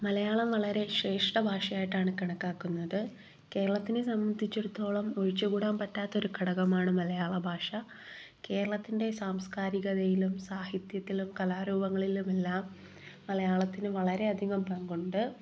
മലയാളം വളരെ ശ്രേഷ്ഠ ഭാഷയായിട്ടാണ് കണക്കാക്കുന്നത് കേരളത്തിനെ സംബന്ധിച്ചിടത്തോളം ഒഴിച്ചുകൂടാൻ പറ്റാത്ത ഒരു ഘടകമാണ് മലയാള ഭാഷ കേരളത്തിന്റെ സാംസ്കാരികതയിലും സാഹിത്യത്തിലും കലാരൂപങ്ങളിലുമെല്ലാം മലയാളത്തിന് വളരെയധികം പങ്കുണ്ട്